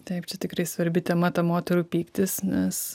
taip čia tikrai svarbi tema ta moterų pyktis nes